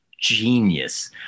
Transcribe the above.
genius